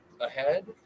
ahead